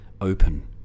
open